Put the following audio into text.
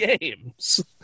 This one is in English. games